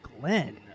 Glenn